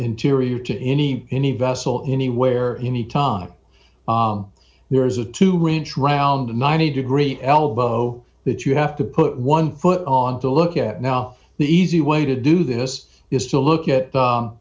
interior to any any vessel anywhere any time there is a two ranch round a ninety degree elbow that you have to put one foot on to look at now the easy way to do this is to look at